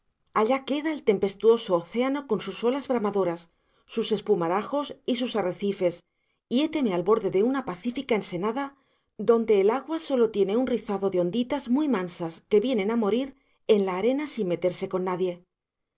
allá queda el tempestuoso océano con sus olas bramadoras sus espumarajos y sus arrecifes y héteme al borde de una pacífica ensenada donde el agua sólo tiene un rizado de onditas muy mansas que vienen a morir en la arena sin meterse con nadie